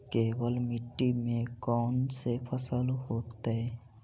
केवल मिट्टी में कौन से फसल होतै?